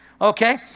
Okay